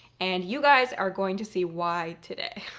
and you guys are going to see why today.